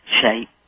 shape